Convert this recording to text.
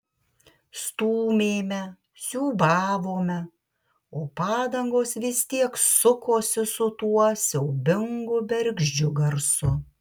stūmėme siūbavome o padangos vis tiek sukosi su tuo siaubingu bergždžiu garsu